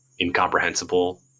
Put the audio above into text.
incomprehensible